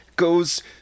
goes